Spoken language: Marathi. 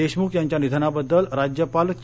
देशमुख यांच्या निधनाबद्दल राज्यपाल चे